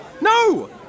No